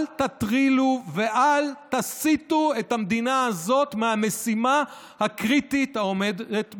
אל תטרילו ואל תסיטו את המדינה הזאת מהמשימה הקריטית העומדת בפניה.